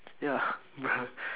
ya but